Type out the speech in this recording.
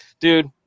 dude